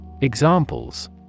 Examples